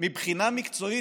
מבחינה מקצועית,